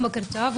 בוקר טוב,